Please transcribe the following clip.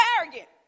arrogant